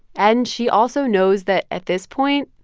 and she also knows that at this point,